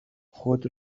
خود